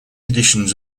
editions